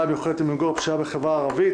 המיוחדת למיגור הפשיעה בחברה הערבית.